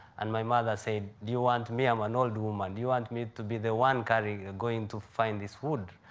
and my mother said, do you want me, i'm an old woman. do you want me to be the one kind of going to find this wood?